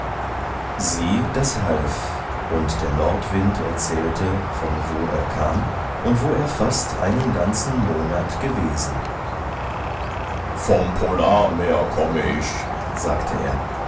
sieh das half und der nordwind erzählte von wo er kam und wo er fast einen ganzen monat gewesen vom polarmeer komme ich sagte er